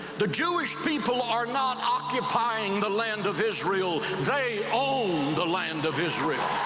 the jewish people are not occupying the land of israel. they own the land of israel.